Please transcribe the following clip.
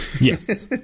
Yes